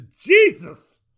Jesus